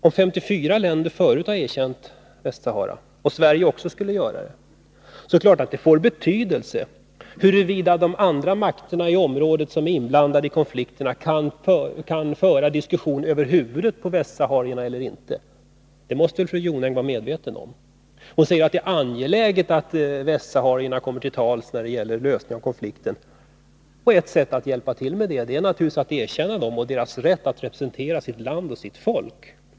Om 54 länder förut har erkänt Västra Sahara och Sverige också skulle göra det, är det klart att det får betydelse för huruvida de andra makterna i området som är inblandade i konflikterna kan föra diskussionen över huvudet på västsaharierna eller inte. Det måste fru Jonäng vara medveten om. Hon säger att det är angeläget att västsaharierna kommer till tals när det gäller lösningen av konflikten. Ett sätt att hjälpa till med det är naturligtvis att erkänna dem och deras rätt att representera sitt land och sitt folk.